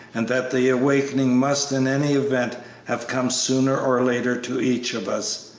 and that the awakening must in any event have come sooner or later to each of us.